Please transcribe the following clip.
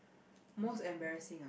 most embarrassing